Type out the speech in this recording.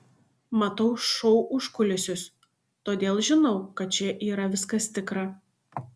matau šou užkulisius todėl žinau kad čia yra viskas tikra